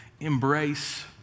Embrace